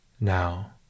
Now